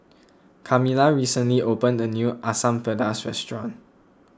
Kamilah recently opened a new Asam Pedas restaurant